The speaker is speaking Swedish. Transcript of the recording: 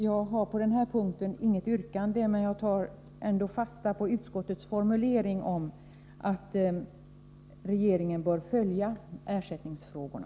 Jag har på den här punkten inget yrkande, men jag tar fasta på utskottets formulering om att regeringen bör följa ersättningsfrågorna.